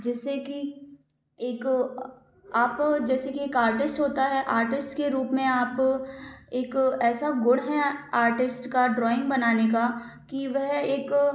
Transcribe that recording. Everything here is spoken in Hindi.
जिससे कि एक आप जैसे कि एक आर्टिस्ट होता है आर्टिस्ट के रूप में आप एक ऐसा गुण है आर्टिस्ट का ड्राॅइंग बनाने का कि वह एक